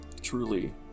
Truly